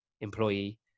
employee